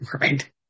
Right